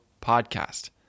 Podcast